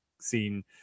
seen